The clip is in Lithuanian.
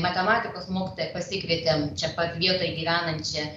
matematikos mokytoją pasikvietėm čia pat vietoj gyvenančią